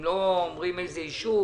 אם לא אומרים איזה יישוב,